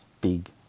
big